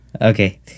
Okay